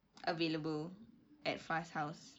available at faz's house